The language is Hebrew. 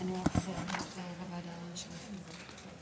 אני פותחת את הדיון של הוועדה המיוחדת לפניות הציבור.